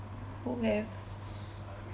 who have